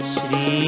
Shri